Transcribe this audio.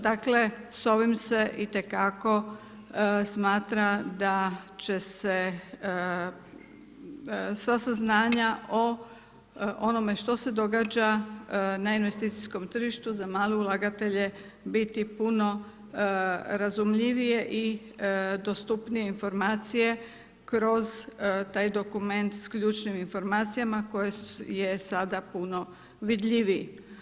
Dakle, s ovim se itekako smatra da će se sva saznanja o onome što se događa na investicijskom tržištu, za male ulagatelje biti puno razumljivije i dostupnije informacije kroz taj dokument s ključnim informacijama, koje je sada puno vidljiviji.